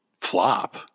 flop